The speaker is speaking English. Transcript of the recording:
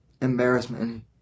embarrassment